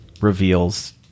reveals